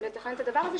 ולתכנן את הדבר הזה,